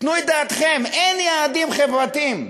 תנו את דעתכם: אין יעדים חברתיים.